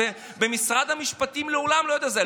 במשרד המשפטים מעולם לא היה כזה.